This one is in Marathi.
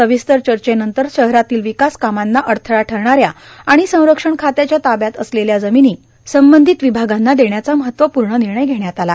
सविस्तर चर्चेनंतर शहरातील विकास कामांना अडथळा ठरणाऱ्या आणि संरक्षण खात्याच्या ताब्यात असलेल्या जमिनी संबंधित विभागांना देण्याचा महत्वपूर्ण निर्णय घेण्यात आला